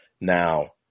Now